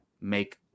make